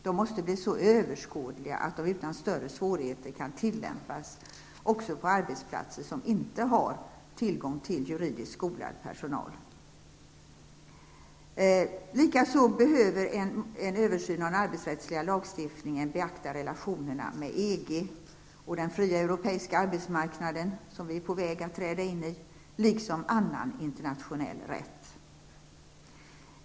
De måste vara så överskådliga att de utan större svårighet kan tillämpas också på arbetsplatser utan tillgång till juridiskt skolad personal. En översyn av den arbetsrättsliga lagstiftningen måste också beakta relationerna med EG och den fria europeiska arbetsmarknaden, som vi är på väg att träda in i, liksom annan internationell rätt.